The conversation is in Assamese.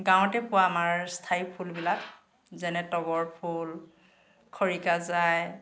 গাঁৱতে পোৱা আমাৰ স্থায়ী ফুলবিলাক যেনে তগৰ ফুল খৰিকাজাঁই